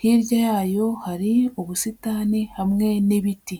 hirya yayo hari ubusitani hamwe n'ibiti.